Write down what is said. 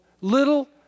little